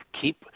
keep